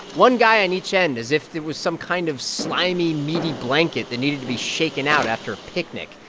one guy on each end, as if it was some kind of slimy, meaty blanket that needed to be shaken out after a picnic,